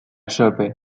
设备